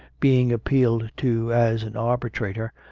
being appealed to as an arbitrator,